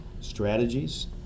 strategies